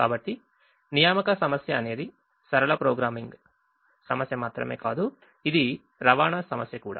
కాబట్టి assignment problem అనేది linear programming సమస్య మాత్రమే కాదు ఇది అసైన్మెంట్ ప్రాబ్లెమ్ కూడా